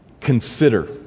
Consider